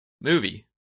movie